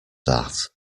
that